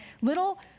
little